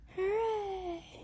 Hooray